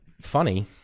funny